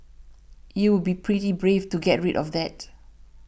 you'll be pretty brave to get rid of that